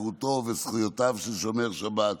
חירותו וזכויותיו של שומר שבת.